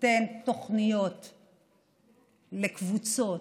תיתן תוכניות לקבוצות,